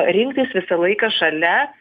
rinktis visą laiką šalia